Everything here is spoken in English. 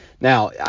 Now